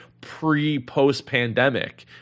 pre-post-pandemic